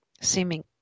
seeming